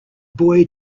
boy